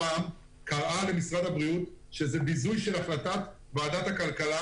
קראה למשרד הבריאות פעם אחר פעם ואמרה שזה ביזוי של החלטת ועדת הכלכלה.